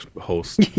host